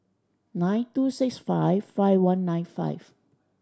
nine two six five five one nine five